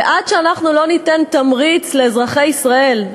וכל עוד אנחנו לא נותנים תמריץ לאזרחי ישראל,